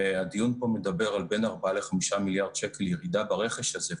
הדיון פה מדבר על ירידה בין 4 ל-5 מיליארד שקל ברכש הזה.